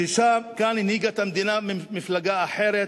ששם, כאן, הנהיגה את המדינה מפלגה אחרת,